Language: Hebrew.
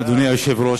אדוני היושב-ראש,